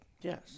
Yes